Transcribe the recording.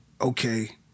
okay